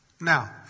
Now